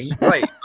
right